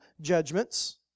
judgments